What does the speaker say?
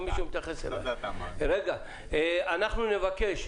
אנחנו נבקש,